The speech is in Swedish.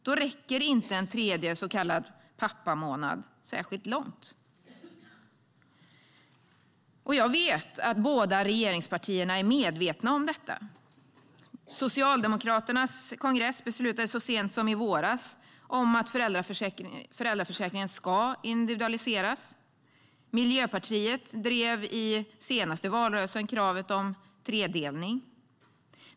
Då räcker inte en tredje så kallad pappamånad särskilt långt. Jag vet att båda regeringspartierna är medvetna om detta. Socialdemokraternas kongress beslutade så sent som i våras att föräldraförsäkringen ska individualiseras. Miljöpartiet drev i senaste valrörelsen kravet om tredelning.